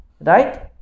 Right